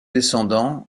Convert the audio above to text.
descendants